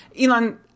Elon